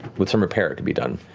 with some repair it can be done.